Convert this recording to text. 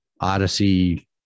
Odyssey